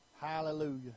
Hallelujah